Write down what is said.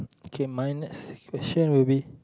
okay minus question would be